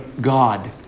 God